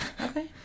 Okay